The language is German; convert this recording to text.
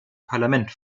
parlament